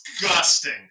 disgusting